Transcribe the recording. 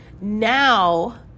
now